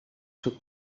took